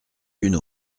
qu’une